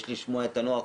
יש לשמוע את הנוער,